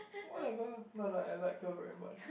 whatever not like I like her very much